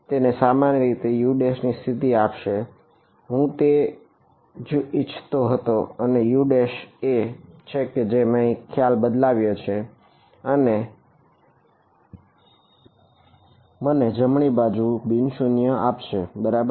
તેથી તે મને સામાન્યરીતે u ની સ્થિતિ આપશે હું તેજ ઈચ્છતો હતો અને તે u એ છે જેને મેં અહીં બદલાવ્યો છે અને તે મને જમણી બાજુ બિન શૂન્ય આપશે બરાબર